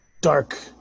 dark